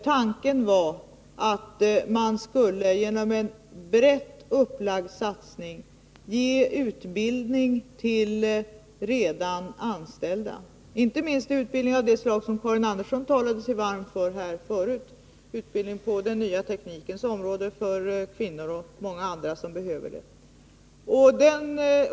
Tanken var att man genom en brett upplagd satsning skulle ge utbildning till redan anställda, inte minst utbildning av det slag som Karin Andersson talade sig varm för här förut, utbildning på den nya teknikens område för kvinnor och många andra som behöver sådan utbildning.